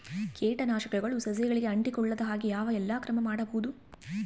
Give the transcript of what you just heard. ಕೇಟನಾಶಕಗಳು ಸಸಿಗಳಿಗೆ ಅಂಟಿಕೊಳ್ಳದ ಹಾಗೆ ಯಾವ ಎಲ್ಲಾ ಕ್ರಮಗಳು ಮಾಡಬಹುದು?